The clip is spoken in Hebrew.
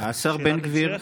שאלת המשך,